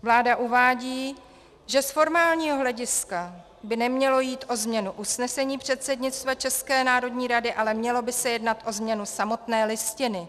Vláda uvádí, že z formálního hlediska by nemělo jít o změnu usnesení předsednictva České národní rady, ale mělo by se jednat o změnu samotné Listiny.